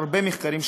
הרבה מחקרים,